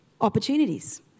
opportunities